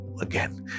again